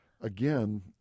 again